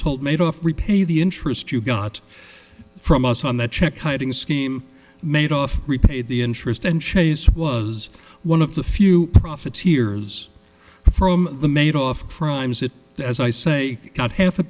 told made off repay the interest you got from us on that check kiting scheme made off repay the interest and chase was one of the few profiteers from the made off primes it as i say got half a